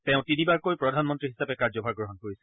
তেওঁ তিনিবাৰকৈ প্ৰধানমন্ত্ৰী হিচাপে কাৰ্যভাৰ গ্ৰহণ কৰিছিল